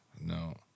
no